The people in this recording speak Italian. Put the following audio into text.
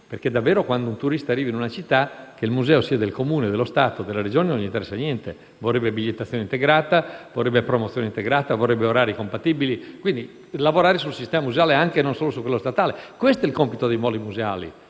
perché davvero, quando un turista arriva in una città, che il museo sia del Comune o dello Stato non gli interessa; vorrebbe la bigliettazione integrata, vorrebbe la promozione integrata e orari compatibili. Lavorare sul sistema museale, anche e non solo su quello statale: questo è il compito dei poli museali.